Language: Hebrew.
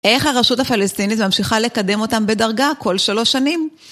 איך הרשות הפלסטינית ממשיכה לקדם אותם בדרגה כל שלוש שנים?